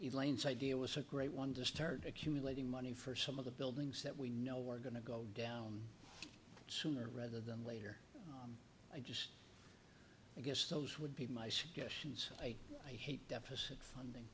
and elaine's idea was a great one to start accumulating money for some of the buildings that we know were going to go down sooner rather than later i just i guess those would be my suggestions i i hate deficit fun